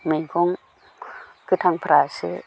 मैगं गोथांफ्रासो